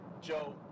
Joe